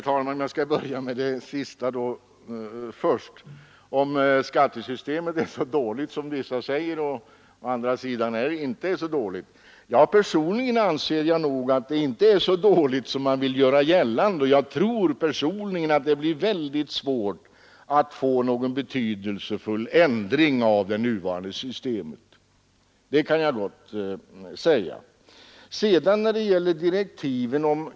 Herr talman! Jag skall börja med det sista — frågan om skattesystemet är så dåligt som vissa säger eller om det inte är så dåligt. Personligen anser jag att det inte är så dåligt som man vill göra gällande, och jag tror att det blir väldigt svårt att få någon betydelsefull ändring av det nuvarande systemet. Det kan jag gott säga. Så detta med direktiven.